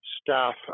staff